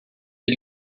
ele